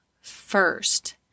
first